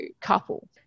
couple